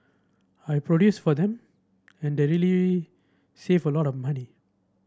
I produce for them and they really save a lot of money